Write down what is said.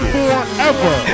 Forever